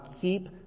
keep